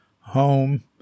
home